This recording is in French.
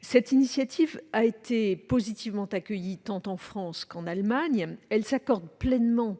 Cette initiative a été positivement accueillie, tant en France qu'en Allemagne. Elle s'accorde pleinement